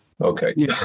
okay